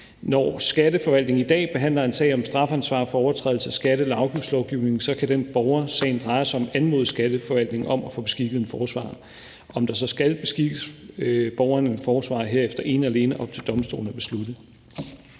Når Skatteforvaltningen i dag behandler en sag om strafansvar for overtrædelse af skatte- eller afgiftslovgivningen, kan den borger, sagen drejer sig om, anmode Skatteforvaltningen om at få beskikket en forsvarer. Om der så skal beskikkes borgeren en forsvarer, er herefter ene og alene op til domstolene at beslutte.